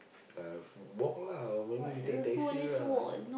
uh walk lah or maybe we take taxi lah